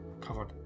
covered